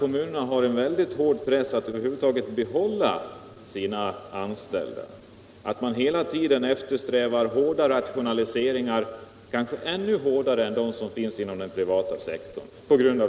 Kommunerna har en väldigt hård press på sig enbart för att behålla sina anställda, och de eftersträvar hela tiden hårda rationaliseringar på grund av det ekonomiska läget — kanske ännu hårdare än inom den privata sektorn.